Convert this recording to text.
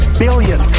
billion